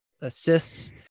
assists